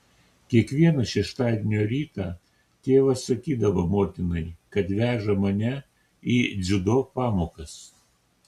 kiekvieną šeštadienio rytą tėvas sakydavo motinai kad veža mane į dziudo pamokas